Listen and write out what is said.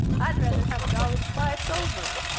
i'd rather have dolly twice over.